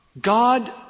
God